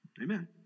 Amen